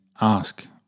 ask